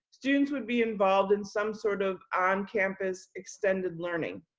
students would be involved in some sort of on campus, extended learning.